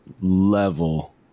level